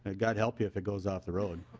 and god help you if it goes off the road.